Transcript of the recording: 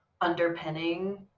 underpinning